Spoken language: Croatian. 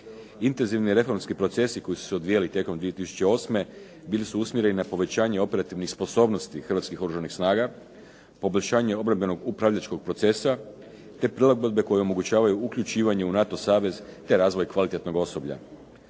Intenzivni reformski procesi koji su se odvijali tijekom 2008. bili su usmjereni na povećanje operativnih sposobnosti Hrvatskih oružanih snaga, poboljšanje obrambenog upravljačkog procesa te prilagodbe koje omogućavaju uključivanje u NATO savez te razvoj kvalitetnog osoblja.